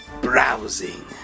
browsing